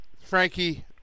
Frankie